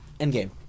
Endgame